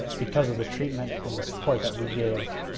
because of the treatment and the support that we gave,